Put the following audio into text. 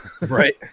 Right